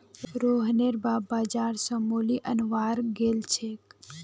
रोहनेर बाप बाजार स मूली अनवार गेल छेक